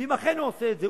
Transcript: ואם אכן הוא עושה את זה,